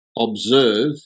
observe